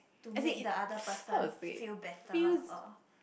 to make the other person feel better or